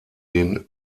den